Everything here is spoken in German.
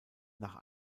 nach